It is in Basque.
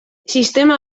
sistema